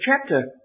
chapter